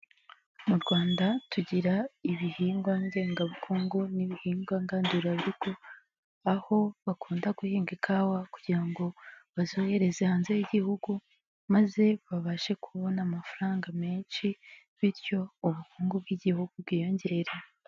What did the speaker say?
Mu Rwanda tugira ibihingwa ngengabukungu n'ibihingwa ngandurarugo, aho bakunda guhinga ikawa kugira ngo bazohereze hanze y'Igihugu, maze babashe kubona amafaranga menshi, bityo ubukungu bw'Igihugu bwiyongere.